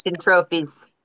trophies